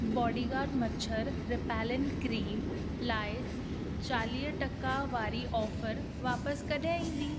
bodyguard मछर repellent cream लाइ चालीह परसेंट वारी ऑफर वापसि कॾहिं ईंदी